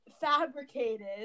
fabricated